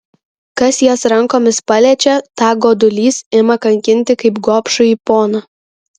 kas jas rankomis paliečia tą godulys ima kankinti kaip gobšųjį poną